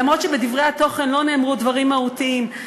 אף שבדברי התוכן לא נאמרו דברים מהותיים.